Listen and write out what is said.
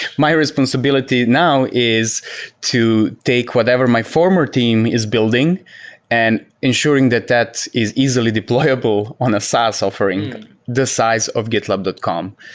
my responsibility now is to take whatever my former team is building and ensuring that that is easily deployable on a saas offering the size of gitlab dot com.